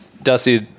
dusty